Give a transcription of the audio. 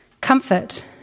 Comfort